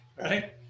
right